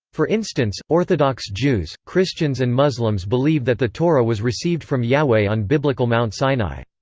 for instance, orthodox jews, christians and muslims believe that the torah was received from yahweh on biblical mount sinai.